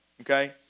Okay